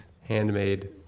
handmade